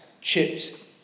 chipped